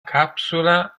capsula